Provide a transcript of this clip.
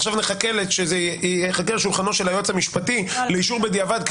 עכשיו זה יחכה על שולחנו של היועץ המשפטי לאישור בדיעבד,